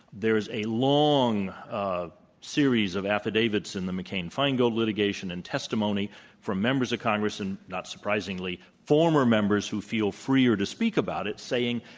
there is a long ah series of affidavits in the mccain-feingold litigation and testimony from members of congressand, not surprisingly, former members who feel freer to speak about it saying,